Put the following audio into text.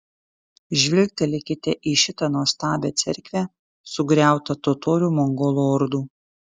žvilgtelėkite į šitą nuostabią cerkvę sugriautą totorių mongolų ordų